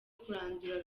kurandura